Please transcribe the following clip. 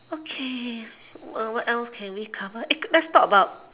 okay what else can we cover let's talk about